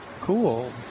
cool